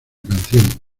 canción